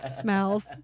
smells